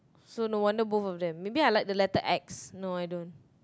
so no wonder both of them maybe I like the letter X no I don't